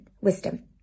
Wisdom